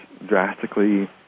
drastically